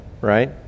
right